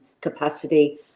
capacity